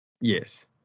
Yes